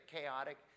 chaotic